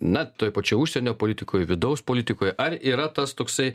na toj pačioj užsienio politikoj vidaus politikoj ar yra tas toksai